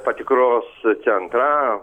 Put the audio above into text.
patikros centrą